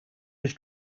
was